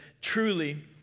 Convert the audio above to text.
Truly